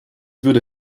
würde